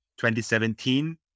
2017